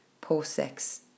post-sex